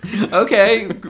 Okay